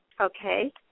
Okay